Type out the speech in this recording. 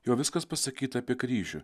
jau viskas pasakyta apie kryžių